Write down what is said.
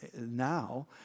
now